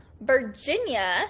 Virginia